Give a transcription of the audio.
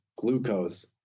glucose